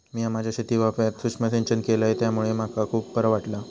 मिया माझ्या शेतीवाफ्यात सुक्ष्म सिंचन केलय त्यामुळे मका खुप बरा वाटला